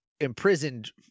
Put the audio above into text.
imprisoned